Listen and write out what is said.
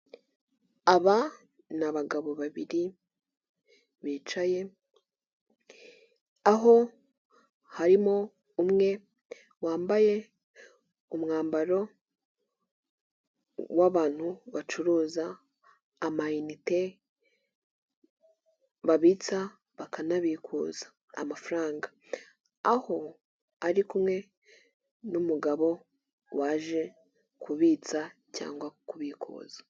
Aba ni abagabo babiri bicaye aho harimo umwe wambaye umwambaro w'abantu bacuruza ama inite babitsa bakanabikuza amafaranga aho ari kumwe n'umugabo waje kubitsa cyangwa kubikuza.